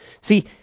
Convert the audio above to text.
See